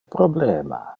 problema